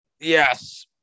Yes